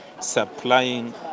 supplying